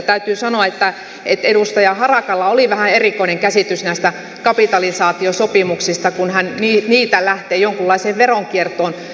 täytyy sanoa että edustaja harakalla oli vähän erikoinen käsitys näistä kapitalisaatiosopimuksista kun hän niitä lähtee jonkunlaiseen veronkiertoon rinnastamaan